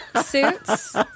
suits